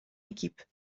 équipe